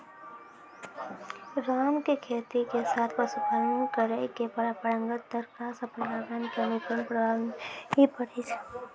राम के खेती के साथॅ पशुपालन करै के परंपरागत तरीका स पर्यावरण कॅ अनुकूल प्रभाव हीं पड़ै छै